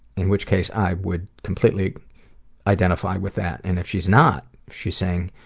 in which case i would completely identify with that. and if she's not, she's saying